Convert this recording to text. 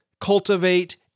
cultivate